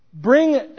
bring